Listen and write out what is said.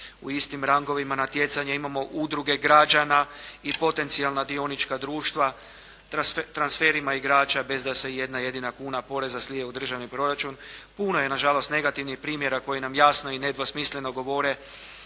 u istim rangovima natjecanja imamo udruge građana i potencijalna dionička društva, transferima igrača bez da se ijedna jedina kuna poreza slije u državni proračun, puno je nažalost negativnih primjera koji nam jasno i nedvosmisleno govore